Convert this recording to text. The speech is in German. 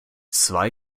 zwei